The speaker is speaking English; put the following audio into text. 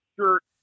shirt